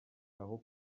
aho